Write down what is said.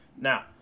Now